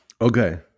Okay